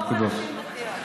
פטור לנשים דתיות.